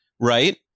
right